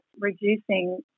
reducing